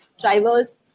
drivers